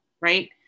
right